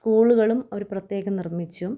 സ്കൂളുകളും അവർ പ്രത്യേകം നിർമ്മിച്ചു